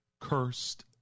cursed